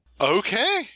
okay